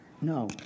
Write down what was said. no